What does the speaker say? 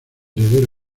heredero